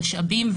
המשאבים,